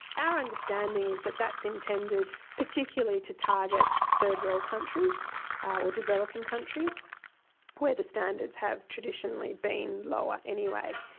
our understanding is that that's intended particularly to target third world countries or developing countries where the standards have traditionally been lower anyway.